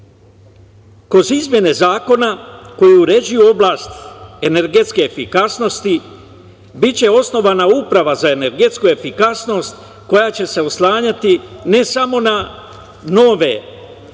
Kroz izmene zakona koje uređuju oblast energetske efikasnosti biće osnovana uprava za energetsku efikasnost koja će se oslanjati ne samo na novac iz